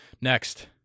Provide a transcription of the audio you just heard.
Next